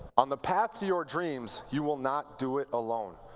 on the path to your dreams, you will not do it alone.